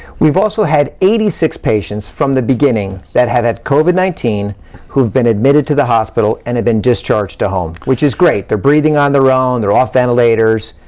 we've also had eighty six patients from the beginning that have had covid nineteen who have been admitted to the hospital, and have been discharged to home, which is great. they're breathing on their own. they're off ventilators.